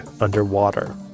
underwater